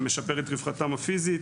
זה משפר את רווחתם הפיזית